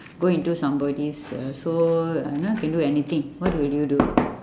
go into somebody's uh so you know can do anything what will you do